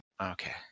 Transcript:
Okay